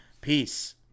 Peace